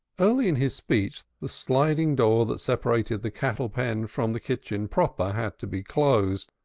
early in his speech the sliding door that separated the cattle-pen from the kitchen proper had to be closed,